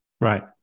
right